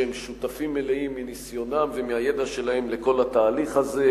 שהם שותפים מלאים מניסיונם ומהידע שלהם בכל התהליך הזה,